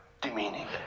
demeaning